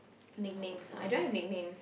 nicknames ah I don't have nicknames